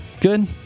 Good